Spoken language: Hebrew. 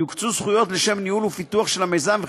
יוקצו זכויות לשם ניהול ופיתוח של המיזם,